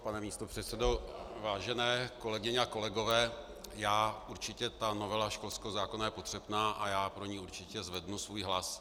Pane místopředsedo, vážené kolegyně a kolegové, určitě novela školského zákona je potřebná a já pro ni určitě zvednu svůj hlas.